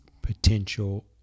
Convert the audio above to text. Potential